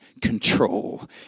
control